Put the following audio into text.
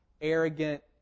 arrogant